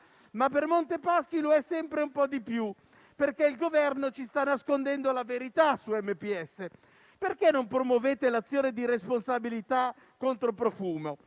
ma per Montepaschi lo è sempre un po' di più, perché il Governo ci sta nascondendo la verità su MPS. Perché non promuovete l'azione di responsabilità contro Profumo?